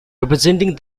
representing